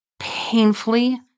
painfully